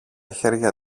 χέρια